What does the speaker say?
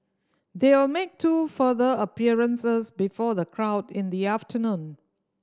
they will make two further appearances before the crowd in the afternoon